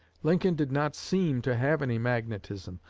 lincoln did not seem to have any magnetism,